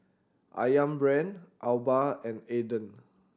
Ayam Brand Alba and Aden